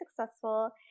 successful